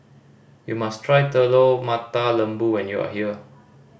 you must try Telur Mata Lembu when you are here